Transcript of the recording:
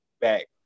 back